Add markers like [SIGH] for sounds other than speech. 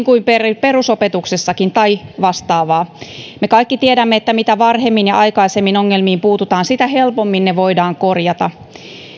[UNINTELLIGIBLE] kuin perusopetuksessakin tai vastaavaa me kaikki tiedämme että mitä varhemmin ja aikaisemmin ongelmiin puututaan sitä helpommin ne voidaan korjata